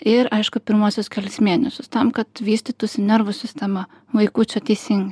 ir aišku pirmuosius kelis mėnesius tam kad vystytųsi nervų sistema vaikučio teisingai